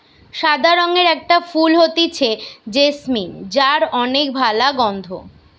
সাদা রঙের একটা ফুল হতিছে জেসমিন যার অনেক ভালা গন্ধ